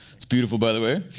it's beautiful by the way.